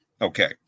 Okay